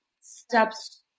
steps